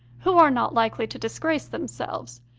who are not likely to disgrace themselves,